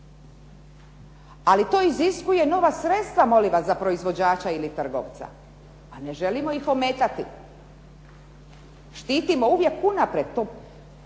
ali to iziskuje nova sredstva molim vas za proizvođača ili trgovca a ne želimo ih ometati. Štitimo uvijek unaprijed.